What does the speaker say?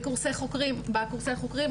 בקורסי חוקרים הכלליים,